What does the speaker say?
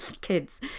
kids